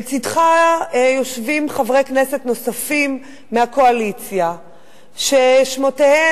לצדך יושבים חברי כנסת נוספים מהקואליציה ששמותיהם